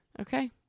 Okay